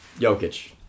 Jokic